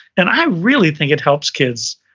and i really think it helps kids,